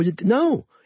No